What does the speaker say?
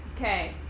Okay